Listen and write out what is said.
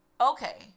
Okay